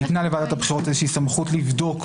ניתנה לוועדת הבחירות סמכות לבדוק,